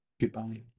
Goodbye